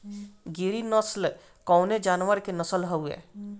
गिरी नश्ल कवने जानवर के नस्ल हयुवे?